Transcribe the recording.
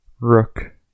Rook